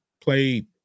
played